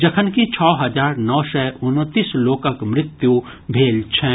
जखनकि छओ हजार नओ सय उनतीस लोकक मृत्यु भेल छनि